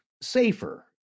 safer